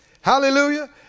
Hallelujah